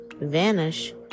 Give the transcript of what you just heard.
vanish